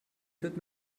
wird